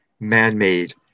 man-made